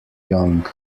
young